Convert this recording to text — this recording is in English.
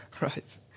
Right